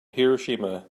hiroshima